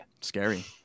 scary